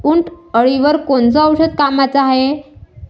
उंटअळीवर कोनचं औषध कामाचं हाये?